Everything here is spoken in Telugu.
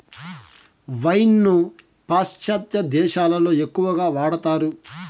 వైన్ ను పాశ్చాత్య దేశాలలో ఎక్కువగా వాడతారు